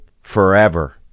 forever